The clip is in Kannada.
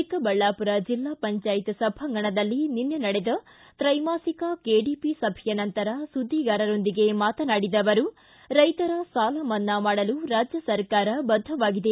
ಚಿಕ್ಕಬಳ್ಳಾಮರ ಜಿಲ್ಲಾ ಪಂಜಾಯತ್ ಸಭಾಂಗಣದಲ್ಲಿ ನಿನ್ನೆ ನಡೆದ ತ್ರೈಮಾಸಿಕ ಕೆಡಿಪಿ ಸಭೆಯ ನಂತರ ಸುದ್ದಿಗಾರರೊಂದಿಗೆ ಮಾತನಾಡಿದ ಅವರು ರೈತರ ಸಾಲ ಮನ್ನಾ ಮಾಡಲು ರಾಜ್ಯ ಸರಕಾರ ಬದ್ಧವಾಗಿದೆ